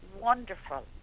wonderful